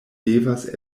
devas